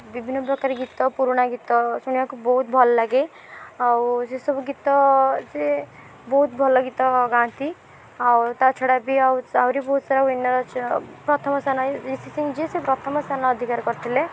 ବିଭିନ୍ନ ପ୍ରକାର ଗୀତ ପୁରୁଣା ଗୀତ ଶୁଣିବାକୁ ବହୁତ ଭଲ ଲାଗେ ଆଉ ସେ ସବୁ ଗୀତ ଯିଏ ବହୁତ ଭଲ ଗୀତ ଗାଆନ୍ତି ଆଉ ତା'ଛଡ଼ା ବି ଆହୁରି ବହୁତ ସାରା ୱିନର୍ ଅଛ ପ୍ରଥମ ସ୍ଥାନ ରିସି ସିଂ ଯିଏ ସେ ପ୍ରଥମ ସ୍ଥାନ ଅଧିକାର କରିଥିଲେ